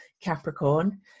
Capricorn